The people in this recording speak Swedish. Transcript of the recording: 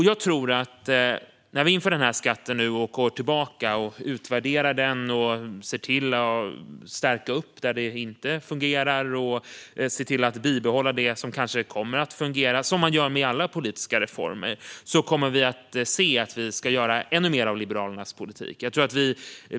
Jag tror att när vi nu inför den här skatten och sedan går tillbaka och utvärderar den för att stärka upp där det inte fungerar och bibehålla det som kanske kommer att fungera - som man gör med alla politiska reformer - kommer vi att se att vi ska göra ännu mer av Liberalernas politik.